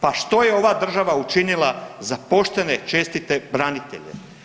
Pa što je ova država učinila za poštene, čestite branitelje?